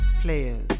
players